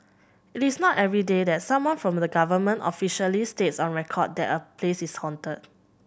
it is not everyday that someone from the government officially states on record that a place is haunted